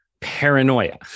paranoia